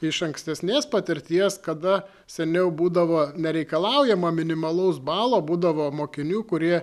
iš ankstesnės patirties kada seniau būdavo nereikalaujama minimalaus balo būdavo mokinių kurie